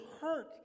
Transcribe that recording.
hurt